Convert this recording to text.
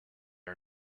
are